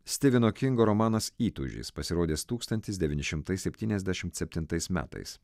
styveno kingo romanas įtūžis pasirodęs tūkstantis devyni šimtai septyniasdešim septintais metais